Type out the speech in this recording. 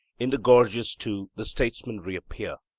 in the gorgias too the statesmen reappear,